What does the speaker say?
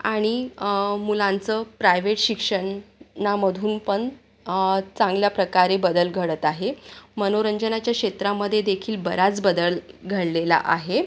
आणि मुलांचं प्रायवेट शिक्षणामधून पण चांगल्या प्रकारे बदल घडत आहे मनोरंजनाच्या क्षेत्रामध्ये देखील बराच बदल घडलेला आहे